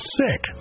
sick